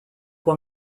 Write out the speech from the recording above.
pour